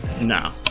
No